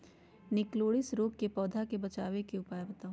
निककरोलीसिस रोग से पौधा के बचाव के उपाय बताऊ?